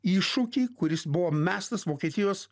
iššūkį kuris buvo mestas vokietijos